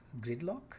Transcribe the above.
Gridlock